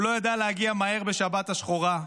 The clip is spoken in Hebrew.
הוא לא ידע להגיע מהר בשבת השחורה.